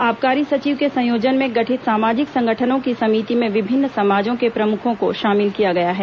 आबकारी सचिव के संयोजन में गठित सामाजिक संगठनों की समिति में विभिन्न समाजों के प्रमुखों को शामिल किया गया है